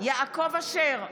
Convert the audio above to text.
יעקב אשר,